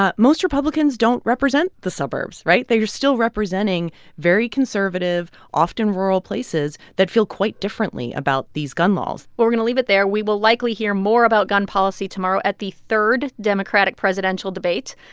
ah most republicans don't represent the suburbs, right? they are still representing very conservative, often rural places, that feel quite differently about these gun laws well, we're going to leave it there. we will likely hear more about gun policy tomorrow at the third democratic presidential debate.